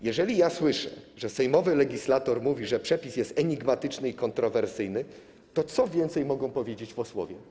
Jeżeli słyszę, że sejmowy legislator mówi, że przepis jest enigmatyczny i kontrowersyjny, to co więcej mogą powiedzieć posłowie?